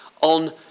on